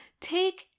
Take